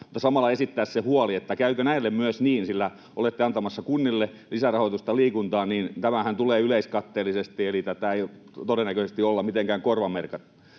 täytyy esittää huoli siitä, käykö myös näille niin, sillä kun olette antamassa kunnille lisärahoitusta liikuntaan, niin tämähän tulee yleiskatteellisesti eli tätä ei todennäköisesti olla mitenkään korvamerkkaamassa,